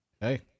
Hey